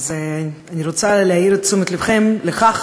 אני רוצה להעיר את תשומת לבכם לכך